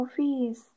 office